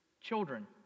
children